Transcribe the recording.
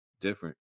different